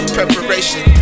Preparation